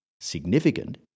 significant